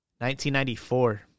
1994